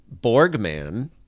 Borgman